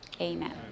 Amen